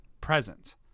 present